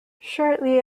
shortly